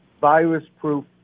virus-proof